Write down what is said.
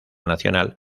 nacional